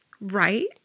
right